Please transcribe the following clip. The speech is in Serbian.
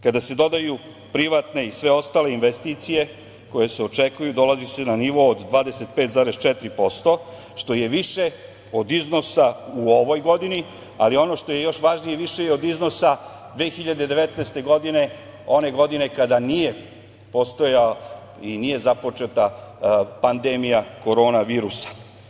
Kada se dodaju privatne i sve ostale investicije koje se očekuju, dolazi se na nivo od 25,4% što je više od iznosa u ovoj godini, ali ono što je još važnije, više je od iznosa 2019. godine, one godine kada nije postojao i nije započeta pandemija korona virusa.